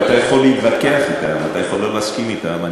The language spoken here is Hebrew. אתה יכול להתווכח אתם, אתה יכול לא להסכים אתם.